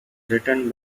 written